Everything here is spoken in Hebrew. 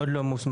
עדיין לא מוסמך.